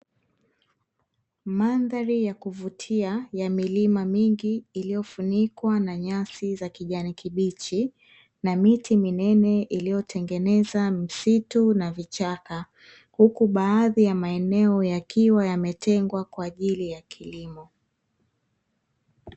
Mandhari ya kuvutia ya milima mingi iliofunikwa na nyasi za kijani kibichi, na miti minene iliotengeneza msitu na vichaka, huku baadhi ya maeneo yakiwa yametengwa kwaajili ya kilimo.